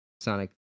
Sonic